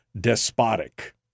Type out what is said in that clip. despotic